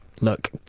Look